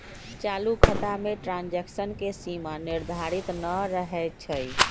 चालू खता में ट्रांजैक्शन के सीमा निर्धारित न रहै छइ